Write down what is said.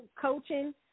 coaching